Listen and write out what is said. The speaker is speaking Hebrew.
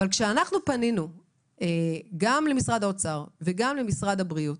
אבל כשאנחנו פנינו גם למשרד האוצר וגם למשרד הבריאות